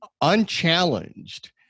unchallenged